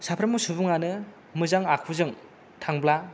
साफ्रामबो सुबुं आनो मोजां आखुजों थांब्ला